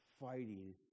fighting